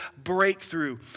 Breakthrough